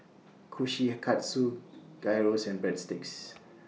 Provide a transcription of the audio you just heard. Kushikatsu Gyros and Breadsticks